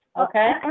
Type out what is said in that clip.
okay